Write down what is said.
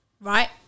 right